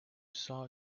saw